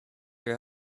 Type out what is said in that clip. your